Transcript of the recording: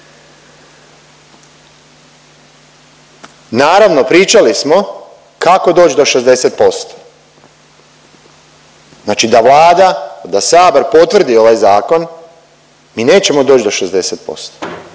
Naravno, pričali smo kako doći do 60%. Znači da Vlada, da Sabor potvrdi ovaj Zakon, mi nećemo doći do 60%